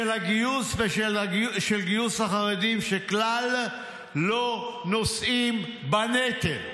"של גיוס החרדים, שכלל לא נושאים בנטל".